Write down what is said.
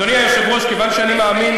אתה לא מבטא את השם של היישוב נכון.